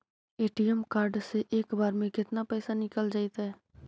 ATM card से एक बार में केतना पैसा निकल जइतै?